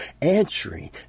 answering